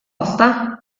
ozta